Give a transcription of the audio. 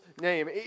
name